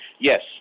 Yes